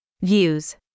Views